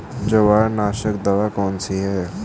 जवार नाशक दवा कौन सी है?